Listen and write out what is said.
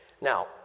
Now